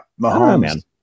Mahomes